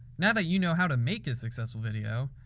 now that you know how to make a successful video,